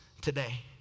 today